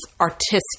artistic